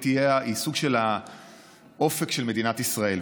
היא סוג של האופק של מדינת ישראל,